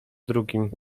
drugim